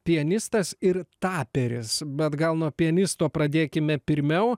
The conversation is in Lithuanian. pianistas ir taperis bet gal nuo pianisto pradėkime pirmiau